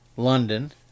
London